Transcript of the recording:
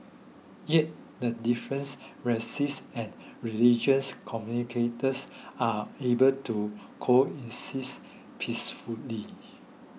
yet the difference racies and religious communities are able to coexists peacefully